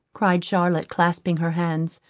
cried charlotte, clasping her hands,